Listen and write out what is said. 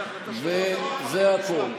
זה הכול.